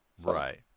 Right